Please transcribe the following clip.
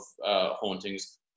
hauntings